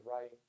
right